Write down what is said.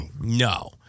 no